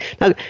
Now